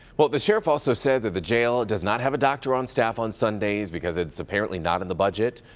but the sheriff ah so said the the jail does not have a doctor on staff on sundays because it's apparently not in the budget.